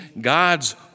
God's